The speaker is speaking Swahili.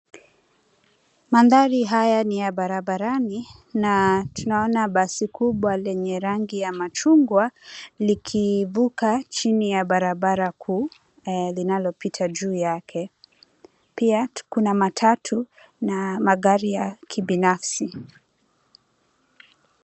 Mandhari haya ni ya barabarani na tunaona basi kubwa lenye rangi ya machungwa likivuka chini ya barabara kuu linalopita juu yake. Pia kuna matatu na magari ya kibinafsi.